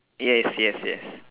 yes yes yes